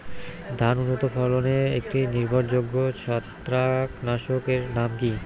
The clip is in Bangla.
ধান উন্নত ফলনে একটি নির্ভরযোগ্য ছত্রাকনাশক এর নাম কি?